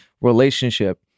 relationship